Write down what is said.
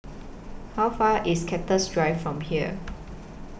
How Far IS Cactus Drive from here